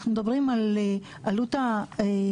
אנחנו מדברים על עלות החשמל,